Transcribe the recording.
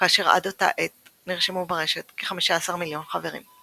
כאשר עד אותה עת נרשמו ברשת כ־15 מיליון חברים.